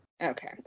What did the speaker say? Okay